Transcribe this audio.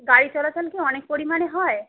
গাড়ি চলাচল কি অনেক পরিমাণে হয়